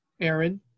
Aaron